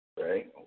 Right